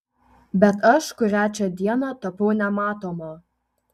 bet aš kurią čia dieną tapau nematoma